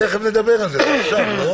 תכף נדבר על זה, לא?